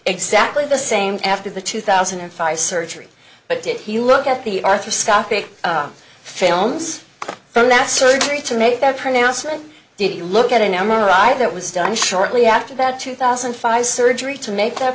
exactly the same after the two thousand and five surgery but did you look at the arthroscopic films from that surgery to make their pronouncement did you look at an m r i that was done shortly after that two thousand and five surgery to make that